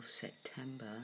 September